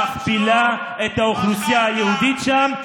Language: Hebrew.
שמכפילה את האוכלוסייה היהודית שם,